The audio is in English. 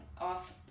off